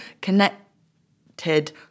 connected